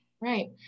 Right